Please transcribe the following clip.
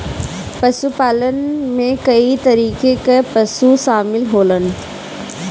पशुपालन में कई तरीके कअ पशु शामिल होलन